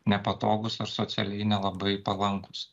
nepatogūs ar socialiai nelabai palankūs